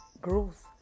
growth